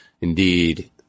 Indeed